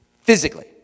physically